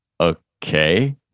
Okay